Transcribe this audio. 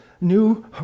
new